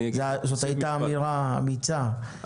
זו היתה אמירה אמיצה.